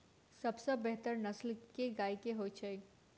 सबसँ बेहतर नस्ल केँ गाय केँ होइ छै?